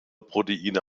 proteine